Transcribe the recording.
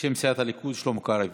בשם סיעת הליכוד חבר הכנסת שלמה קרעי.